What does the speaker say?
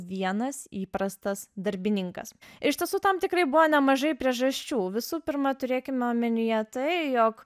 vienas įprastas darbininkas iš tiesų tam tikrai buvo nemažai priežasčių visų pirma turėkime omenyje tai jog